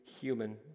human